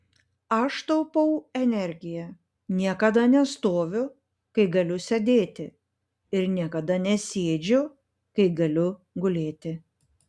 aš taupau energiją niekada nestoviu kai galiu sėdėti ir niekada nesėdžiu kai galiu gulėti